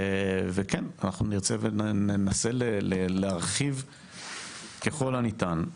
וכן אנחנו ננסה להרחיב ככל הניתן.